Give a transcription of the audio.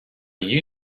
you